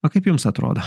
o kaip jums atrodo